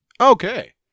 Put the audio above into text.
Okay